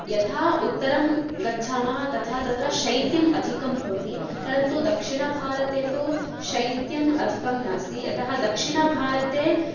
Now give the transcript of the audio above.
यथा उत्तरं गच्छामः तथा तत्र शैत्यम् अधिकं भवति परन्तु दक्षिणभारते तु शैत्यम् अधिकं नास्ति यतः दक्षिणभारते